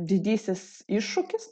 didysis iššūkis